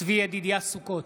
צבי ידידיה סוכות,